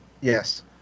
Yes